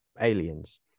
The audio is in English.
aliens